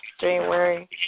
January